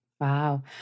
Wow